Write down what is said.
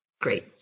Great